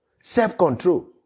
Self-control